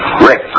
Rick